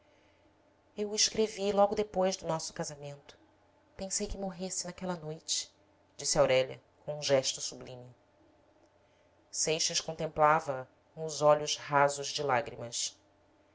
eu o escrevi logo depois do nosso casamento pensei que morresse naquela noite disse aurélia com um gesto sublime seixas contemplava-a com os olhos rasos de lágrimas